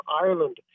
Ireland